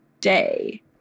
day